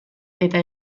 eta